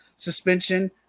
Suspension